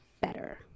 better